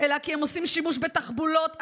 אלא כי הם עושים שימוש בתחבולות אסורות,